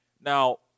Now